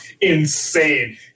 insane